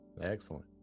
Excellent